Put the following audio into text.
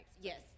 Yes